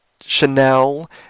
Chanel